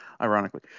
ironically